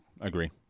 agree